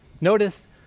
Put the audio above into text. Notice